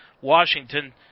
Washington